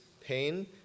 pain